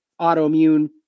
autoimmune